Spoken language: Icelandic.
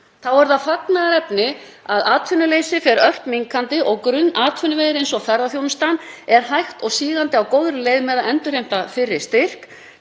Þá er það fagnaðarefni að atvinnuleysi fer ört minnkandi og grunnatvinnuvegir eins og ferðaþjónustan eru hægt og sígandi á góðri leið með að endurheimta fyrri styrk.